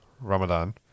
Ramadan